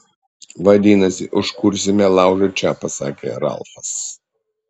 vadinasi užkursime laužą čia pasakė ralfas